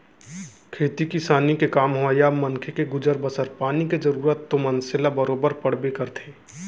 खेती किसानी के काम होवय या मनखे के गुजर बसर पानी के जरूरत तो मनसे ल बरोबर पड़बे करथे